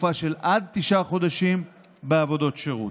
לתקופה של עד תשעה חודשים בעבודות שירות.